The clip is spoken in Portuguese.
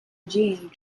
dinheiro